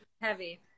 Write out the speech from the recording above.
heavy